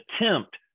attempt